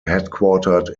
headquartered